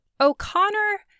O'Connor